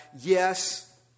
yes